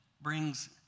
brings